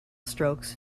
strokes